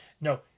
no